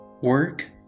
work